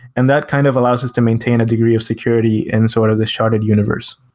and that kind of allows us to maintain a degree of security in sort of this sharded universe.